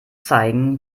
zeigen